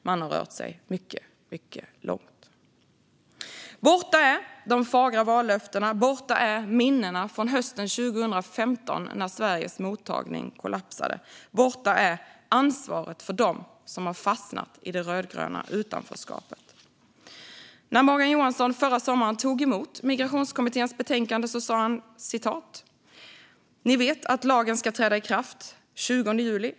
Man har rört sig mycket, mycket långt. Borta är de fagra vallöftena. Borta är minnena från hösten 2015, då Sveriges mottagande kollapsade. Borta är ansvaret för dem som fastnat i det rödgröna utanförskapet. När Morgan Johansson förra sommaren tog emot Migrationskommitténs betänkande sa han: Ni vet att lagen ska träda i kraft den 20 juli.